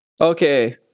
Okay